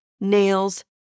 nails